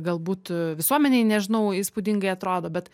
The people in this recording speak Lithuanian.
galbūt visuomenei nežinau įspūdingai atrodo bet